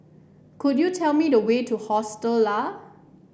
could you tell me the way to Hostel Lah